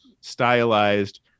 stylized